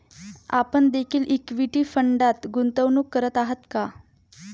आपण देखील इक्विटी फंडात गुंतवणूक करत आहात का?